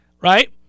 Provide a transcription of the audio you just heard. right